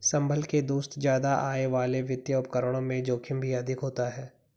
संभल के दोस्त ज्यादा आय वाले वित्तीय उपकरणों में जोखिम भी अधिक होता है